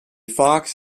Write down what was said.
fox